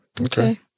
Okay